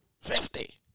Fifty